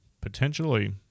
potentially